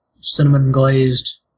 cinnamon-glazed